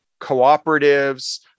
cooperatives